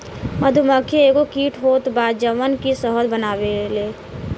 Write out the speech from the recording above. मधुमक्खी एगो कीट होत बा जवन की शहद बनावेले